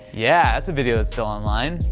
yeah, that's a video that's still online.